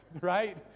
right